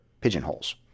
pigeonholes